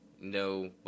no